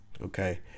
Okay